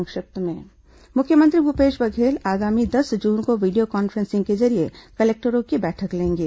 संक्षिप्त समाचार मुख्यमंत्री भूपेश बघेल आगामी दस जून को वीडियो कॉन्फ्रेंसिंग के जरिये कलेक्टरों की बैठक लेंगे